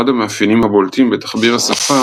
אחד המאפיינים הבולטים בתחביר השפה